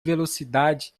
velocidade